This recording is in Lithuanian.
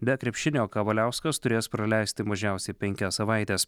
be krepšinio kavaliauskas turės praleisti mažiausiai penkias savaites